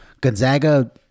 Gonzaga